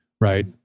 right